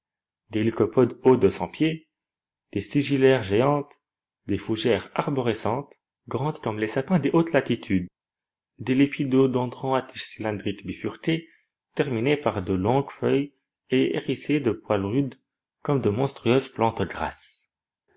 des lycopodes hauts de cent pieds des sigillaires géantes des fougères arborescentes grandes comme les sapins des hautes latitudes des lepidodendrons à tiges cylindriques bifurquées terminées par de longues feuilles et hérissées de poils rudes comme de monstrueuses plantes grasses